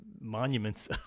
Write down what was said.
monuments